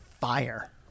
Fire